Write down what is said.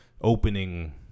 opening